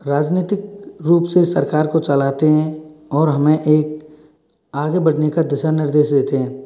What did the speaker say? राजनीतिक रूप से सरकार को चलाते हैं और हमें एक आगे बढ़ने का दिशा निर्देश देते हैं